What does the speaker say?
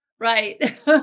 Right